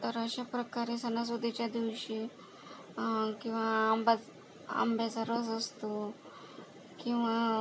तर अश्याप्रकारे सणासुदीच्या दिवशी किंवा आंबच आंब्याचा रस असतो किंवा